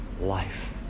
life